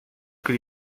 que